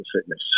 fitness